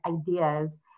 ideas